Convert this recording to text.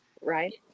right